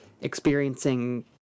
experiencing